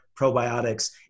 probiotics